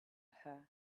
her